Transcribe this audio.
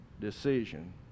decision